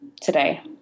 today